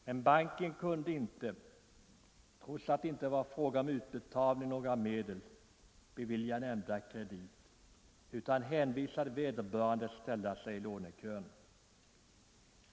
Men banken kunde inte — trots att det inte var fråga om utbetalning av några medel —- bevilja nämnda kredit utan hänvisade vederbörande till att ställa sig i lånekön.